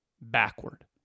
backward